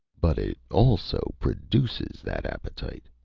but it also produces that appetite.